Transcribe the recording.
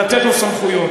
לתת לו סמכויות.